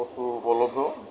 বস্তু উপলব্ধ